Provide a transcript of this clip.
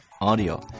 audio